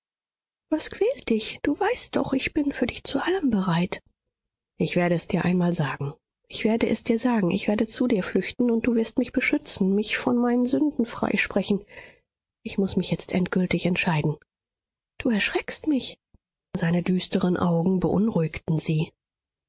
was quält dich du weißt doch ich bin für dich zu allem bereit ich werde es dir einmal sagen ich werde es dir sagen ich werde zu dir flüchten und du wirst mich beschützen mich von meinen sünden freisprechen ich muß mich jetzt endgültig entscheiden du erschreckst mich seine düsteren augen beunruhigten sie